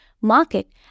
market